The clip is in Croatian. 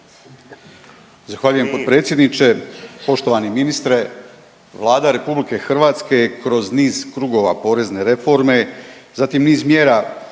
Zahvaljujem potpredsjedniče, poštovani ministre. Vlada Republike Hrvatske je kroz niz krugova porezne reforme, zatim niz mjera